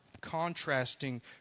contrasting